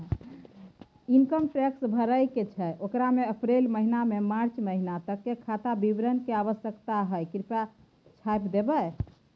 Income tax भरय के छै ओकरा में अप्रैल महिना से मार्च महिना तक के खाता विवरण के आवश्यकता हय कृप्या छाय्प देबै?